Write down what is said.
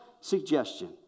suggestion